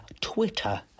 Twitter